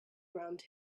around